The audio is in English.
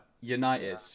United